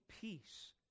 peace